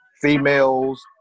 females